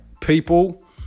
people